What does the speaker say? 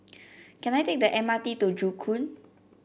can I take the M R T to Joo Koon